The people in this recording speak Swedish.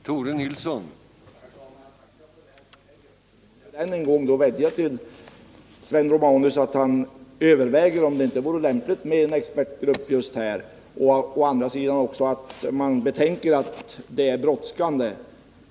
Herr talman! Jag tackar för det tillägget, och jag vill än en gång vädja till Sven Romanus att överväga om det ändå inte vore lämpligt att tillsätta en expertgrupp. Man måste också betänka att det är brådskande.